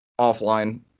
offline